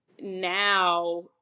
now